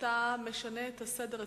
אתה משנה את סדר הדוברים,